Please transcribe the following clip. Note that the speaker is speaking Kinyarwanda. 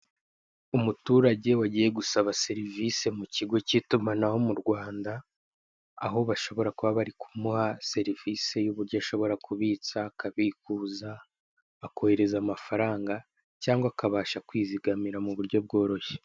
Umuturage wagiye gusaba serivisi mu kigo cy'itumanaho mu Rwanda, aho bashobora kuba bari kumuha serivisi y'uburyo ashobora kubitsa, akabikuza, akohereza amafaranga cyangwa akabasha kwizigamira mu buryo bworoshye.